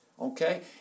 Okay